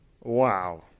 wow